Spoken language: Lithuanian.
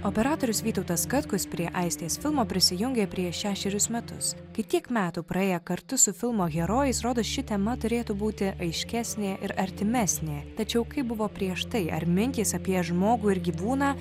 operatorius vytautas katkus prie aistės filmo prisijungė prieš šešerius metus kai tiek metų praėję kartu su filmo herojais rodos ši tema turėtų būti aiškesnė ir artimesnė tačiau kaip buvo prieš tai ar mintys apie žmogų ir gyvūną